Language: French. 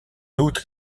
outre